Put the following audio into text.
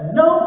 no